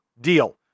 Deal